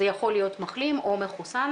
זה יכול להיות מחלים או מחוסן,